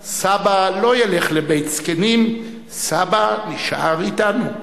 שהחליטה:/ סבא לא ילך לבית זקנים,/ סבא נשאר אתנו.